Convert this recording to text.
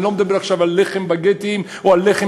אני לא מדבר עכשיו על לחם באגט או על לחם